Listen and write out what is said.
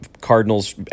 Cardinals